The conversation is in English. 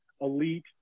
elite